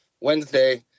Wednesday